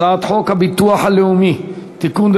הצעת חוק הביטוח הלאומי (תיקון,